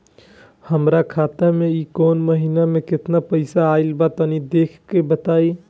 हमरा खाता मे इ महीना मे केतना पईसा आइल ब तनि देखऽ क बताईं?